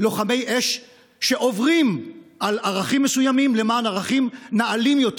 לוחמי אש שעוברים על ערכים מסוימים למען ערכים נעלים יותר.